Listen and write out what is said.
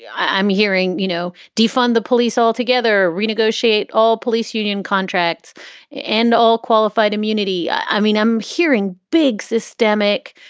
i'm hearing, you know, defund the police altogether, renegotiate all police union contracts and all qualified immunity. i mean, i'm hearing big systemic,